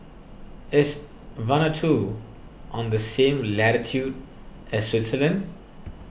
is Vanuatu on the same latitude as Switzerland